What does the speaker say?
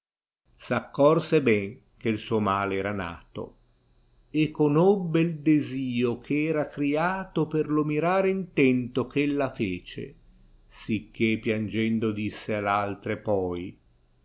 s accorse ben che suo malie era nato e conobbe il desio eh era criato per lo mirare intento eh ella fece sicché piangendo disse alp altre poi